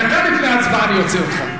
דקה לפני ההצבעה אני אוציא אותך.